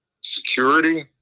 security